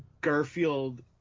Garfield